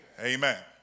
Amen